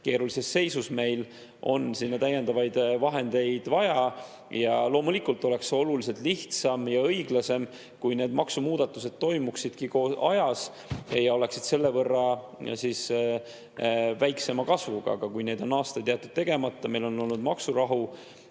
keerulises seisus, meil on sinna täiendavaid vahendeid vaja, ja loomulikult oleks oluliselt lihtsam ja õiglasem, kui need maksumuudatused toimuksidki ajapikku ja oleksid selle võrra väiksema kasvuga. Aga kui need on aastaid jäetud tegemata, meil on olnud maksurahu,